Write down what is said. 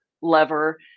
lever